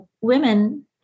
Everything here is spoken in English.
women